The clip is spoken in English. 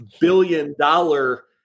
billion-dollar